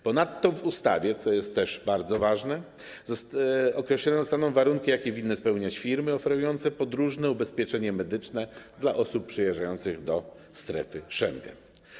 Ponadto w ustawie, co jest też bardzo ważne, określone zostaną warunki, jakie winny spełniać firmy oferujące podróżne ubezpieczenie medyczne dla osób przyjeżdżających do strefy Schengen.